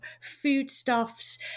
foodstuffs